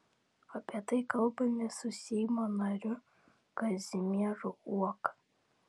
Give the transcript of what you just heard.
apie tai kalbamės su seimo nariu kazimieru uoka